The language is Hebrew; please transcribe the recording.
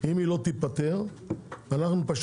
לא ראש